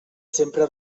sempre